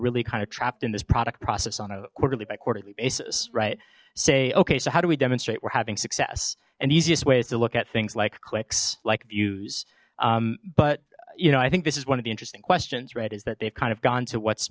really kind of trapped in this product process on a quarterly by quarterly basis right say okay so how do we demonstrate we're having success and the easiest way is to look at things like clicks like views but you know i think this is one of the interesting questions right is that they've kind of gone to what's